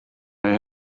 they